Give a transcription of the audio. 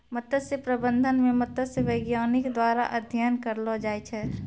मत्स्य प्रबंधन मे मत्स्य बैज्ञानिक द्वारा अध्ययन करलो जाय छै